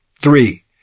Three